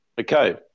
okay